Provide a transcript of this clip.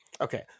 okay